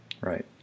Right